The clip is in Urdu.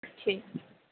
ٹھیک